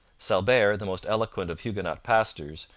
salbert, the most eloquent of huguenot pastors,